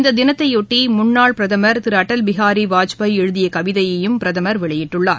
இந்ததினத்தையொட்டிமுன்னாள் பிரதம் திருஅடல் பிகாரிவாஜ்பாய் எழுதியகவிதையையும் பிரதம் வெளியிட்டுள்ளார்